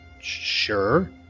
sure